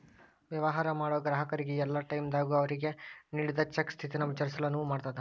ವ್ಯವಹಾರ ಮಾಡೋ ಗ್ರಾಹಕರಿಗೆ ಯಲ್ಲಾ ಟೈಮದಾಗೂ ಅವ್ರಿಗೆ ನೇಡಿದ್ ಚೆಕ್ ಸ್ಥಿತಿನ ವಿಚಾರಿಸಲು ಅನುವು ಮಾಡ್ತದ್